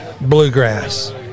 bluegrass